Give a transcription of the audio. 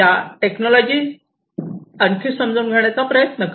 या टेक्नॉलॉजी आणखी समजून घेण्याचा प्रयत्न करा